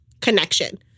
connection